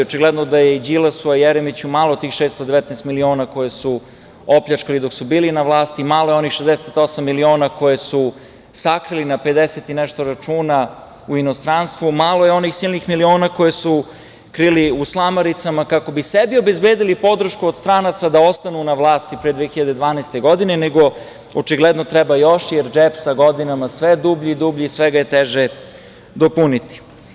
Očigledno da je i Đilasu, a i Jeremiću malo tih 619 miliona koje su opljačkali dok su bili na vlasti, malo je onih 68 miliona koje su sakrili na 50 i nešto računa u inostranstvu, malo je onih silnih miliona koje su krili u slamaricama kako bi sebi obezbedili podršku od stranaca da ostanu na vlasti pre 2012. godine, nego očigledno treba još, jer je džep sa godinama sve dublji i dublji, sve ga je teže puniti.